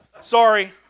Sorry